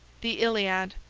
the iliad